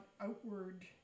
outward